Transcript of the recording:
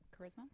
Charisma